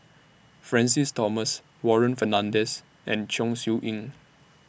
Francis Thomas Warren Fernandez and Chong Siew Ying